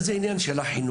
אולי זה עניין של החינוך.